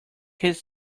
his